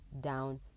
down